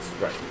Right